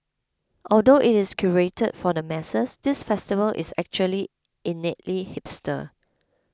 although it is curated for the masses this festival is actually innately hipster